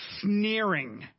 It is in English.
sneering